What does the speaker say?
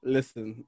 Listen